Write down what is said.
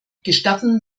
gestatten